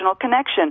connection